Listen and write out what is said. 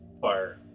fire